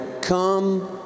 come